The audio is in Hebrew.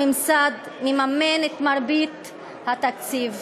הממסד מממן את מרבית התקציב.